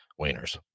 wieners